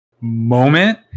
moment